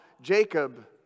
Jacob